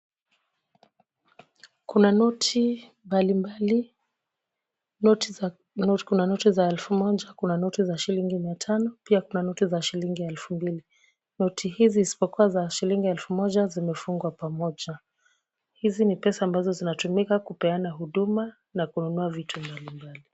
Kuna noti mbali mbali. Noti za kuna noti za elfu moja, kuna noti za shilingi mia tano, pia kuna noti za shilingi elfu mbili. Noti hizi isipokuwa za shilingi elfu moja zimefungwa pamoja. Hizi ni pesa ambazo zinatumika kupeana huduma na kununua vitu mbalimbali.